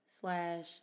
slash